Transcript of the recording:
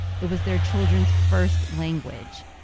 it was their children's first language.